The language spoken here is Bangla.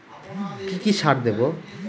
কি কি সার দেবো?